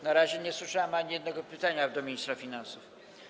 Na razie nie słyszałem ani jednego pytania do ministra finansów.